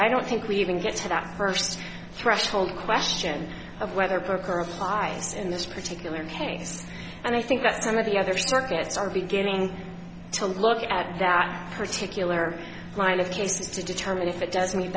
i don't think we even get to that first threshold question of whether lives in this particular case and i think that some of the other stuff guests are beginning to look at that particular line of cases to determine if it does mean